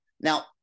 Now